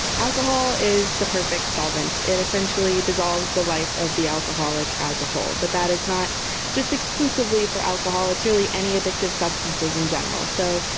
alcohol is the perfect solvent. it essentially dissolves the life of the alcoholic as a whole, but that is not just exclusively for alcohol. it's really any addictive substances in general. so,